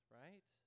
right